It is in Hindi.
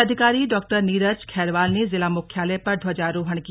जिलाधिकारी डॉ नीरज खैरवाल ने जिला मुख्यालय पर ध्वजारोहण किया